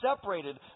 separated